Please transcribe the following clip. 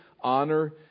Honor